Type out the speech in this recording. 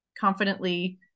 confidently